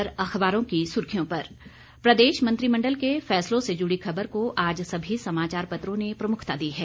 अब एक नजर अखबारों की सुर्खियों पर प्रदेश मंत्रिमण्डल के फैसलों से जुड़ी खबर को आज सभी समाचारपत्रों ने प्रमुखता दी है